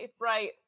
Right